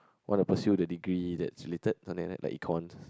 what a pursue that degree is related something like that the Econs